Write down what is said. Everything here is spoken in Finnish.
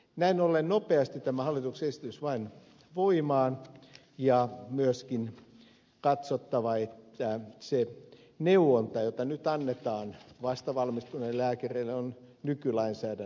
näin ollen nopeasti tämä hallituksen esitys vain voimaan ja on myöskin katsottava että se neuvonta jota nyt annetaan vastavalmistuneille lääkäreille on nykylainsäädännön mukaista